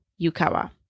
Yukawa